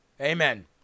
Amen